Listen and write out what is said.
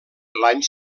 l’any